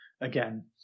Again